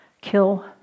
kill